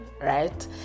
right